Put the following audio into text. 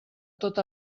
tot